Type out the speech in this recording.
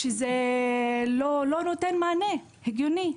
זה לא נותן מענה הגיוני.